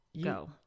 Go